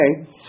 Okay